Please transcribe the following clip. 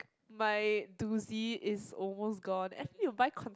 my dozy is almost gone actually you buy